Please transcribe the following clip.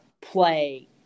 play